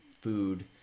food